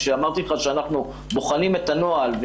כשאמרתי לך שאנחנו בוחנים את הנוהל,